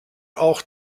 auch